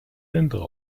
hintere